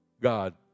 God